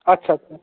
আচ্ছা আচ্ছা